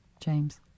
James